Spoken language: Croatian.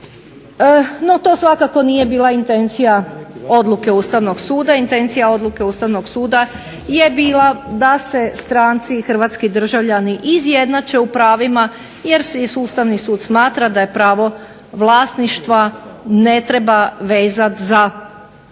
No, to svakako nije bila intencija odluke Ustavnog suda. Intencija odluke Ustavnog suda je bila da se stranci i hrvatski državljani izjednače u pravima jer Ustavni sud smatra da pravo vlasništva ne treba vezati za